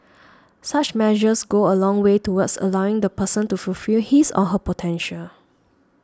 such measures go a long way towards allowing the person to fulfil his or her potential